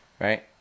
right